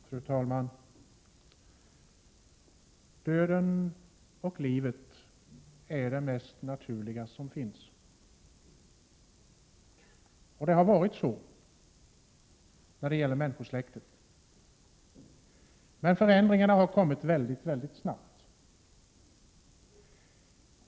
Fru talman! Döden och livet är det mest naturliga som finns, och så har det varit när det gäller människosläktet. Men förändringarna har kommit väldigt snabbt.